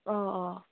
آ آ